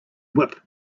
whip